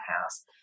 house